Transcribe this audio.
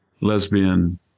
lesbian